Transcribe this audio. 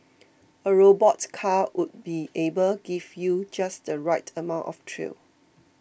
a robot car would be able give you just the right amount of thrill